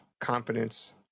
confidence